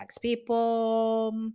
People